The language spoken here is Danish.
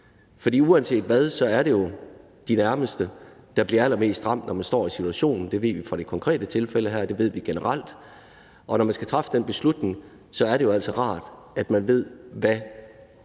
For uanset hvad er det jo de nærmeste, der bliver allermest ramt, når man står i situationen. Det ved vi fra det konkrete tilfælde her, og det ved vi generelt, og når man skal træffe den beslutning, er det altså rart, at man ved, hvad den